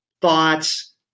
thoughts